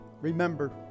Remember